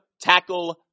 tackle